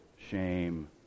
shame